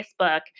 Facebook